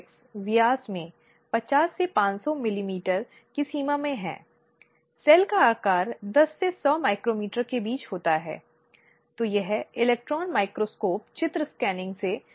इसलिए प्रतिवादी को दिए गए आरोपों का जवाब देने के लिए एक अवसर दिया जाना चाहिए जो कि उसके खिलाफ लाया गया है और इसलिए एक जानकारी होनी चाहिए जो लिखित रूप में पारित हो